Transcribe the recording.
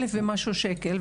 1,000 ומשהו שקלים?